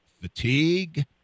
fatigue